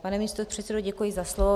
Pane místopředsedo, děkuji za slovo.